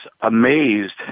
amazed